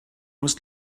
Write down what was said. must